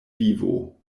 vivo